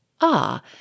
Ah